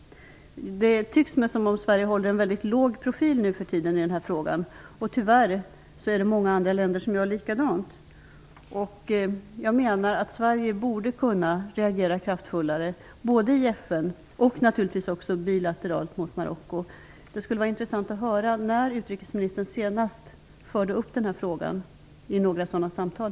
Det tycks mig som om Sverige nu för tiden håller en väldigt låg profil i den här frågan, och tyvärr är det många andra länder som gör likadant. Jag menar att Sverige borde kunna reagera mer kraftfullt, i FN och naturligtvis också bilateralt gentemot Marocko. Det skulle vara intressant att få höra när utrikesministern senast tog upp den här frågan i några sådana samtal.